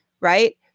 right